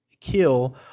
kill